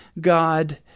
God